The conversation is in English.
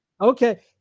Okay